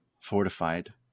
fortified